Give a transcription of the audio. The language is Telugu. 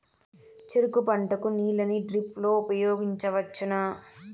చెరుకు పంట కు నీళ్ళని డ్రిప్ లో ఉపయోగించువచ్చునా?